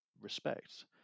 respect